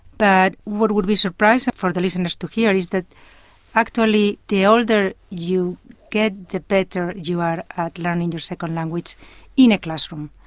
what would be surprising for the listeners to hear is that actually the older you get, the better you are at learning your second language in a classroom.